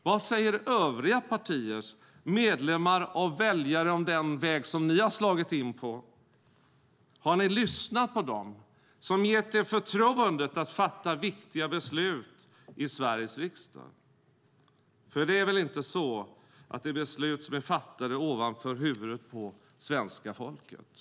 Vad säger övriga partiers medlemmar och väljare om den väg ni slagit in på? Har ni lyssnat på dem som gett er förtroendet att fatta viktiga beslut i Sveriges riksdag? För det är väl inte så att det är beslut fattade ovanför huvudet på svenska folket?